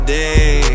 day